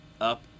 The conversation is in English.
Up